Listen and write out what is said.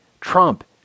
Trump